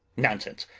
nonsense!